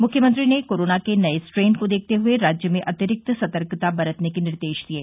मुख्यमंत्री ने कोरोना के नये स्ट्रेन को देखते हुए राज्य में अतिरिक्त सतर्कता बरतने के निर्देश दिये